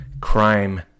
crime